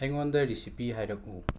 ꯑꯩꯉꯣꯟꯗ ꯔꯤꯁꯤꯄꯤ ꯍꯥꯏꯔꯛꯎ